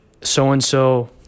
So-and-so